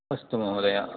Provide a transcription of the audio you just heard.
अस्तु महोदय